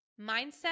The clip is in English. mindset